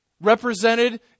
Represented